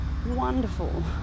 wonderful